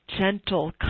gentle